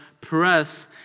press